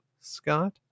Scott